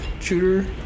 shooter